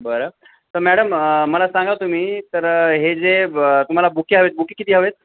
बरं तर मॅडम मला सांगा तुम्ही तर हे जे ब तुम्हाला बुके हवे बुके किती हवे आहेत